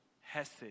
hesed